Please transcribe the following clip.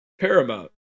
Paramount